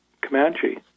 Comanche